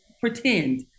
pretend